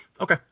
Okay